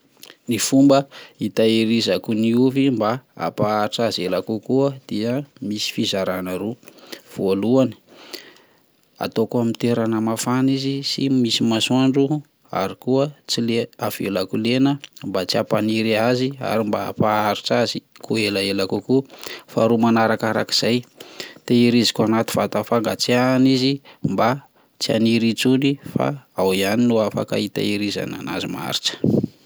Ny fomba hitahirizako ny ovy mba ampaharitra azy ela kokoa dia misy fizarana roa, voalohany ataoko amin'ny toerana mafana izy sy misy masoandro ary koa tsy lena- avelako lena mba tsy hampaniry azy ary mba hampaharitra azy ko ela ela kokoa, faharoa manarakarak'izay tehiriziko anaty vata fangatsihana izy mba tsy haniry intsony fa ao ihany no afaka hitehirizana azy maharitra.